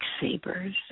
sabers